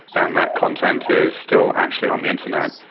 and that content is still actually on the internet.